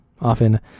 often